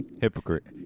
Hypocrite